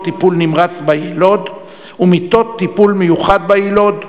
טיפול נמרץ ביילוד ומיטות טיפול מיוחד ביילוד,